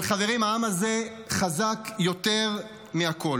אבל חברים, העם הזה חזק יותר מהכול.